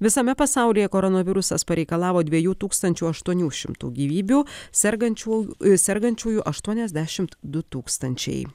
visame pasaulyje koronavirusas pareikalavo dviejų tūkstančių aštuonių šimtų gyvybių sergančių ir sergančiųjų aštuoniasdešimt du tūkstančiai